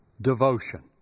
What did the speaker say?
devotion